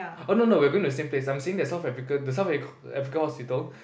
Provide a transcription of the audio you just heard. oh no no we're going to the same place I'm saying the South Africa the South Africa Hospital